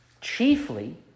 Chiefly